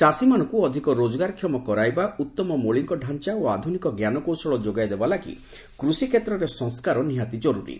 ଚାଷୀମାନଙ୍କୁ ଅଧିକ ରୋଜଗାରକ୍ଷମ କରାଇବା ଉତ୍ତମ ମୌଳିକଢାଞ୍ଚା ଓ ଆଧୁନିକ ଜ୍ଞାନକୌଶଳ ଯୋଗାଇଦେବା ଲାଗି କୃଷିକ୍ଷେତ୍ରରେ ସଂସ୍କାର ନିହାତି ଜରୁରୀ